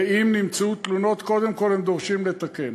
ואם נמצאו תלונות, קודם כול הם דורשים לתקן.